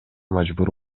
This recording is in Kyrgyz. мажбур